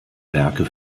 werke